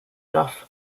enough